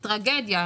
זה טרגדיה.